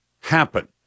happen